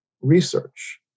research